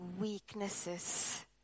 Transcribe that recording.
weaknesses